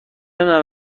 نمیدونم